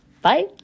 Bye